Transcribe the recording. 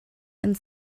and